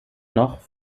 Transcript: noch